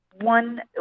One